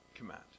command